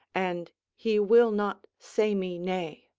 and he will not say me nay.